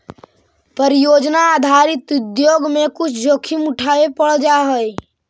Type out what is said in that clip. परियोजना आधारित उद्योग में कुछ जोखिम उठावे पड़ जा हई